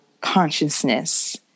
consciousness